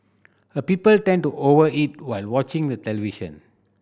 a people tend to over eat while watching the television